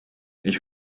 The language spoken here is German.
ich